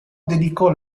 dedicò